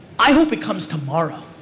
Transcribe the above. i hope it comes tomorrow.